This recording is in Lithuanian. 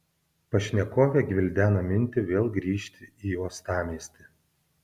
pašnekovė gvildena mintį vėl grįžti į uostamiestį